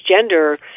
gender